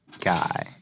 guy